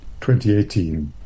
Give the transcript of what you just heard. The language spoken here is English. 2018